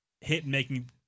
hit-making